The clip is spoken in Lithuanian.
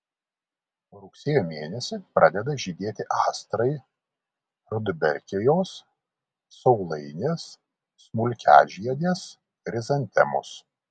rugsėjo mėnesį pradeda žydėti astrai rudbekijos saulainės smulkiažiedės chrizantemos